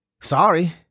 sorry